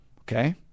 Okay